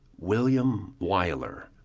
william wyler.